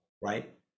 right